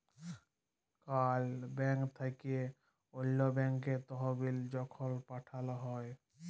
call bank থ্যাইকে অল্য ব্যাংকে তহবিল যখল পাঠাল হ্যয়